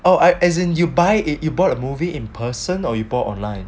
oh I as in you buy a you bought a movie in person or people online